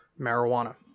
marijuana